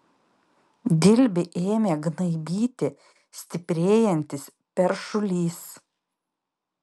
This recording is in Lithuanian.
dilbį ėmė gnaibyti stiprėjantis peršulys